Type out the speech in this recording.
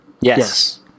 Yes